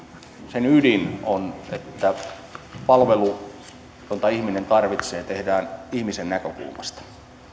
ydin on että palvelu jota ihminen tarvitsee tehdään ihmisen näkökulmasta